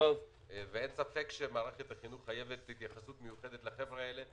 ואין ספק שמערכת החינוך חייבת התייחסות מיוחדת לחבר'ה האלה,